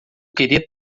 queria